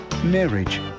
Marriage